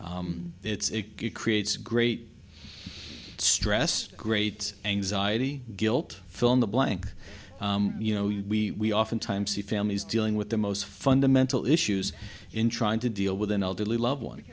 it's it creates great stress great anxiety guilt fill in the blank you know we oftentimes see families dealing with the most fundamental issues in trying to deal with an elderly loved one